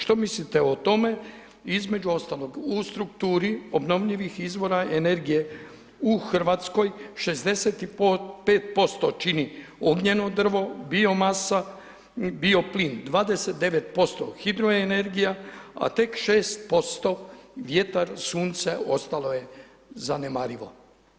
Što mislite i tome, između ostalog u strukturi obnovljivih izvora energije u Hrvatskoj, 65% čini ognjeno drvo, biomasa, bioplin, 29% hidroenergija a tek 6% vjetar, sunce, ostalo je zanemarivo.